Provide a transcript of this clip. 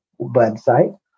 website